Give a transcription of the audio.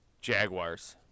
Jaguars